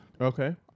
Okay